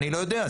אני לא יודע.